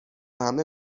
همه